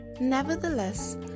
nevertheless